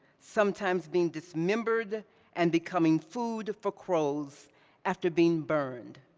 sometimes being dismembered and becoming food for crows after being burned.